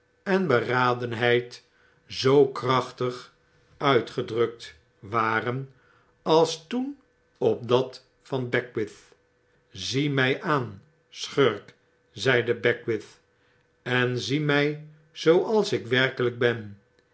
en beradenheid zoo krachtig uitgedrukt waren als toen op dat van beckwith zie mij aan schurk zei beckwith en zie mij zooals ik werkelgk ben